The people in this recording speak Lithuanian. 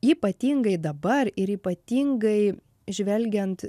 ypatingai dabar ir ypatingai žvelgiant